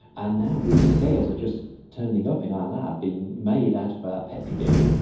and now these scales are just turning up in our lab, being made out of a petri dish.